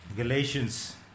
Galatians